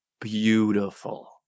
Beautiful